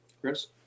Chris